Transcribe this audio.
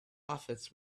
office